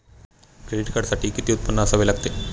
Credit कार्डसाठी किती उत्पन्न असावे लागते?